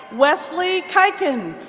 wesley kuykendall,